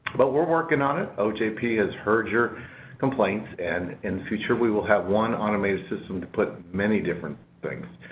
but we're working on it. ojp has heard your complaints, and in the future, we will have one automated system to put many different things.